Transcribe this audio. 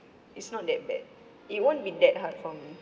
it's not that bad it won't be that hard for me